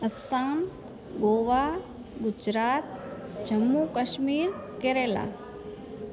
Assam Goa Gujarat Jammu Kashmir Kerala